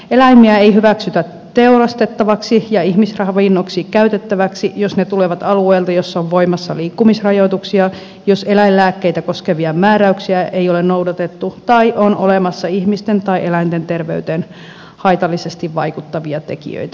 eläimiä ei hyväksytä teurastettavaksi ja ihmisravinnoksi käytettäväksi jos ne tulevat alueelta jolla on voimassa liikkumisrajoituksia jos eläinlääkkeitä koskevia määräyksiä ei ole noudatettu tai on olemassa ihmisten tai eläinten terveyteen haitallisesti vaikuttavia tekijöitä